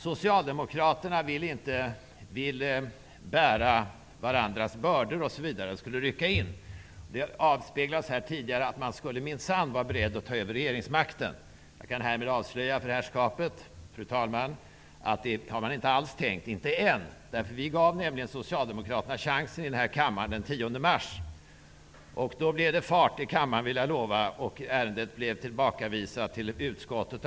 Socialdemokraterna vill att man bl.a. skall bära varandras bördor och att man skall rycka in. Det har tidigare här i kammaren förespeglats att socialdemokraterna minsann är beredda att ta över regeringsmakten. Jag kan avslöja för herrskapet, fru talman, att det har man inte alls tänkt -- inte än. Då blev det fart i kammaren, vill jag lova, och ärendet blev återförvisat till utskottet.